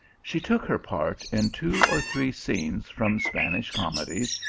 she took her part in two or three scenes from spanish comedies,